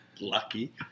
Lucky